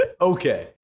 Okay